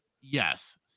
yes